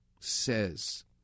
says